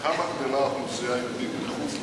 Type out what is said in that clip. בכמה גדלה האוכלוסייה היהודית מחוץ למדינה?